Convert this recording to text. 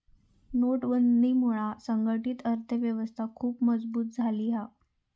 नोटबंदीमुळा संघटीत अर्थ व्यवस्था खुप मजबुत झाली हा